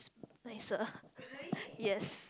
nicer yes